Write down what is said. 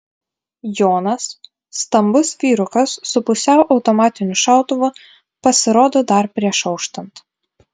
jonas stambus vyrukas su pusiau automatiniu šautuvu pasirodo dar prieš auštant